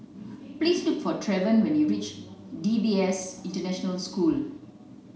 please look for Trevion when you reach D B S International School